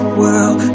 world